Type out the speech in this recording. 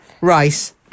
rice